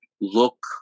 look